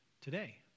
today